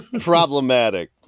problematic